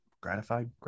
gratified